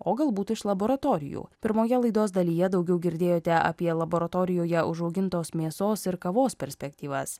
o galbūt iš laboratorijų pirmoje laidos dalyje daugiau girdėjote apie laboratorijoje užaugintos mėsos ir kavos perspektyvas